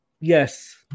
Yes